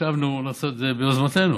חשבנו לעשות את זה ביוזמתנו.